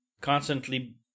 constantly